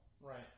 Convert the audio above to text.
Right